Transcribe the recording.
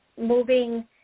moving